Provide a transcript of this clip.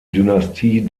dynastie